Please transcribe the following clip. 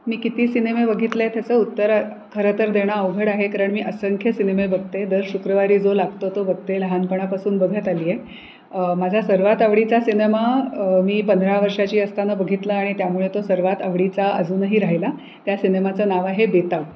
मी किती सिनेमे बघितलेत याचं उत्तर खरं तर देणं अवघड आहे कारण मी असंख्य सिनेमे बघते दर शुक्रवारी जो लागतो तो बघते लहानपणापासून बघत आले आहे माझा सर्वात आवडीचा सिनेमा मी पंधरा वर्षाची असताना बघितला आणि त्यामुळे तो सर्वात आवडीचा अजूनही राहिला त्या सिनेमाचं नाव आहे बेताब